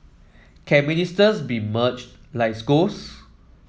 can ministers be merged like schools